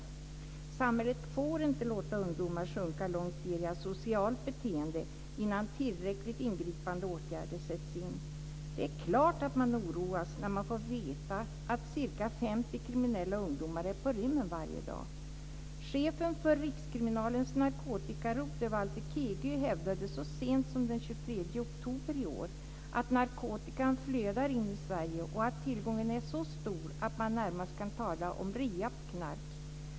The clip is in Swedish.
Samhället får inte låta ungdomar sjunka långt ned i asocialt beteende innan tillräckligt ingripande åtgärder sätts in. Det är klart att man oroas när man får veta att ca 50 kriminella ungdomar är på rymmen varje dag. Kegö hävdade så sent som den 23 oktober i år att narkotikan flödar in i Sverige att tillgången är så stor att man närmast kan tala om rea på knark.